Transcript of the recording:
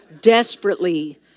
desperately